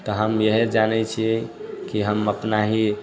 तऽ हम इहे जानैत छियै कि हम अपना ही